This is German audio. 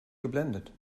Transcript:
geblendet